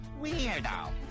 weirdo